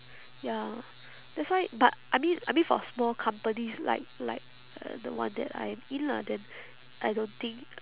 ya that's why but I mean I mean for small companies like like uh the one that I am in lah then I don't think